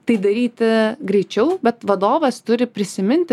tai daryti greičiau bet vadovas turi prisiminti